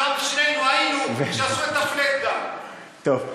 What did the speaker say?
שם שנינו היינו כשעשו את ה-flat גם, טוב,